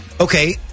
Okay